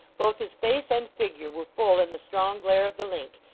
both his face and figure were full in the strong glare of the link,